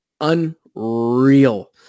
Unreal